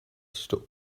stuck